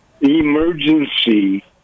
emergency